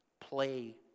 play